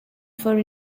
for